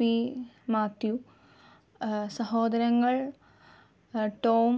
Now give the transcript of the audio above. P Mathew സഹോദരങ്ങൾ Tom